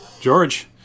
George